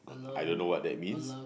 I don't know what that means